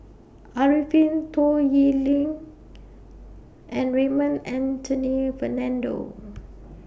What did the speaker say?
Arifin Toh Yiling and Raymond Anthony Fernando